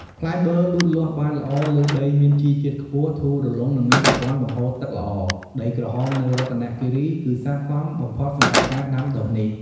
ផ្លែបឺរលូតលាស់បានល្អលើដីមានជីជាតិខ្ពស់ ធូររលុង និងមានប្រព័ន្ធបង្ហូរទឹកល្អ។ ដីក្រហមនៅរតនគិរីគឺស័ក្តិសមបំផុតសម្រាប់ការដាំដុះនេះ។